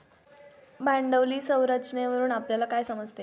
भांडवली संरचनेवरून आपल्याला काय समजते?